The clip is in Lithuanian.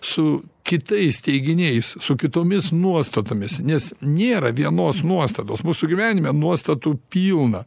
su kitais teiginiais su kitomis nuostatomis nes nėra vienos nuostatos mūsų gyvenime nuostatų pilna